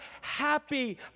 happy